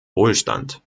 wohlstand